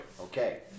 Okay